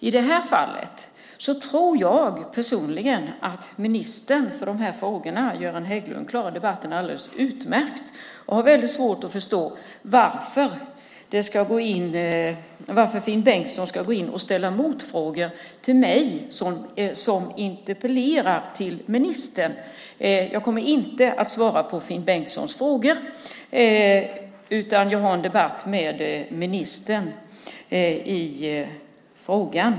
I det här fallet tror jag personligen att ministern med ansvar för dessa frågor, Göran Hägglund, klarar debatten alldeles utmärkt, och jag har väldigt svårt att förstå varför Finn Bengtsson ska gå in och ställa motfrågor till mig som interpellerar till ministern. Jag kommer inte att svara på Finn Bengtssons frågor, utan jag kommer att föra en debatt med ministern i frågan.